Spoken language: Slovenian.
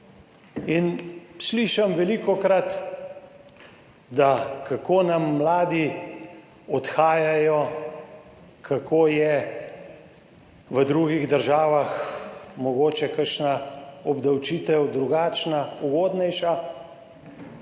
In slišim velikokrat, da kako nam mladi odhajajo, kako je v drugih državah mogoče kakšna obdavčitev drugačna, ugodnejša.